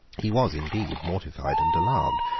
he was indeed mortified and alarmed.